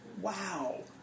wow